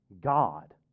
God